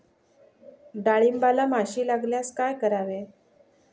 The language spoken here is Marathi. डाळींबाला माशी लागल्यास काय करावे?